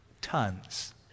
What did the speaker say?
tons